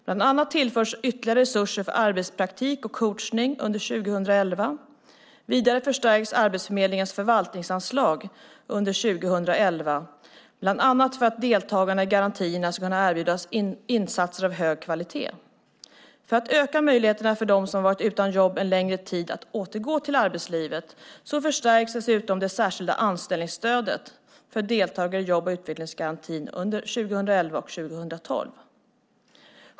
Bland annat tillförs ytterligare resurser för arbetspraktik och coachning under 2011. Vidare förstärks Arbetsförmedlingens förvaltningsanslag under 2011, bland annat för att deltagarna i garantierna ska kunna erbjudas insatser av hög kvalitet. För att öka möjligheterna för dem som har varit utan jobb en längre tid att återgå till arbetslivet förstärks dessutom det särskilda anställningsstödet för deltagare i jobb och utvecklingsgarantin under 2011 och 2012.